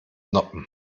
noppen